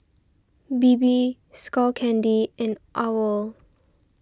Bebe Skull Candy and Owl